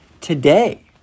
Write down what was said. today